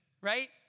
right